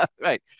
Right